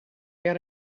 got